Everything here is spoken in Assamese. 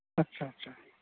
আচ্ছা আচ্ছা